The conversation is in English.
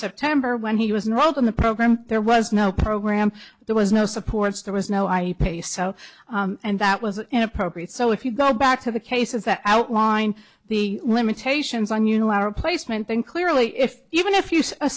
september when he was rolled in the program there was no program there was no supports there was no i pay so and that was inappropriate so if you go back to the cases that outline the limitations on you know our placement then clearly if even if you